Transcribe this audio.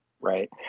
right